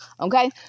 okay